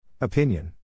Opinion